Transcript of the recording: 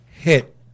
hit